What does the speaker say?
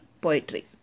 poetry